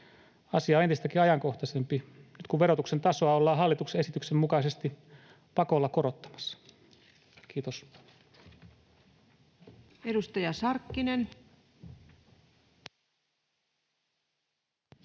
Asia on entistäkin ajankohtaisempi nyt, kun verotuksen tasoa ollaan hallituksen esityksen mukaisesti pakolla korottamassa. — Kiitos. Edustaja Sarkkinen. Arvoisa